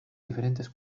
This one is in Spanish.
diferentes